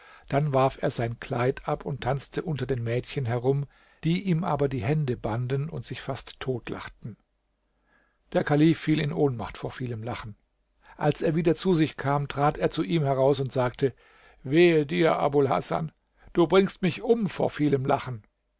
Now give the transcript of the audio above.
dann warf er sein kleid ab und tanzte unter den mädchen herum die ihm aber die hände banden und sich fast tot lachten der kalif fiel in ohnmacht vor vielem lachen als er wieder zu sich kam trat er zu ihm heraus und sagte wehe dir abul hasan du bringst mich um vor vielem lachen